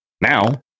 now